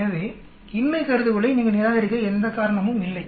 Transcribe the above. எனவே இன்மை கருதுகோளை நீங்கள் நிராகரிக்க எந்த காரணமும் இல்லை